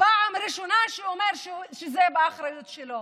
פעם ראשונה שהוא אומר שזה באחריות שלו.